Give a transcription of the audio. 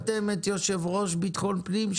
הכנתם את היושב-ראש לביטחון פנים?